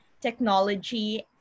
technology